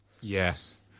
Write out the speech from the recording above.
Yes